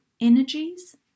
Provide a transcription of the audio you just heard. energies